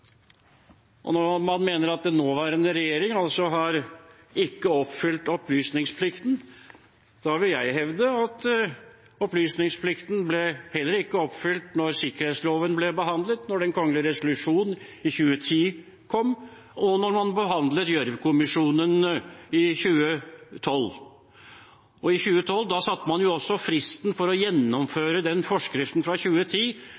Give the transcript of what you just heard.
år.» Når man mener at den nåværende regjering ikke har oppfylt opplysningsplikten, vil jeg hevde at opplysningsplikten heller ikke ble oppfylt da sikkerhetsloven ble behandlet, da den kongelige resolusjonen i 2010 kom, og da man behandlet Gjørv-kommisjonen i 2012. I 2012 satte man også fristen for å gjennomføre forskriften fra 2010